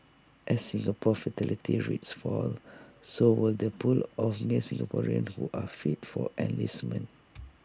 as Singapore's fertility rate falls so will the pool of male Singaporeans who are fit for enlistment